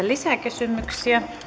lisäkysymyksiä